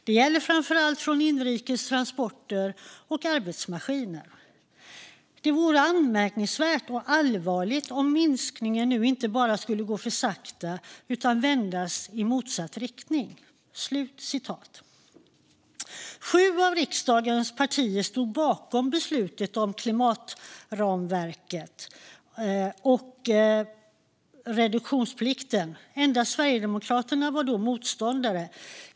Det gäller framför allt från inrikes transporter och arbetsmaskiner. - Det vore anmärkningsvärt och allvarligt om minskningen nu inte bara skulle gå för sakta, utan vändas i motsatt riktning." Sju av riksdagens partier stod bakom beslutet om reduktionsplikten. Endast Sverigedemokraterna var då motståndare.